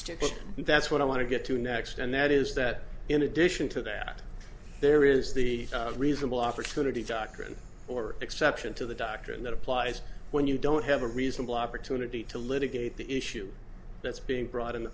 and that's what i want to get to next and that is that in addition to that there is the reasonable opportunity doctrine or exception to the doctrine that applies when you don't have a reasonable opportunity to litigate the issue that's being brought in